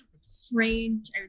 strange